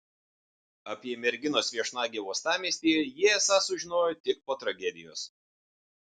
apie merginos viešnagę uostamiestyje jie esą sužinojo tik po tragedijos